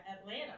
Atlanta